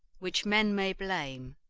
which men may blame,